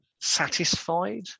Satisfied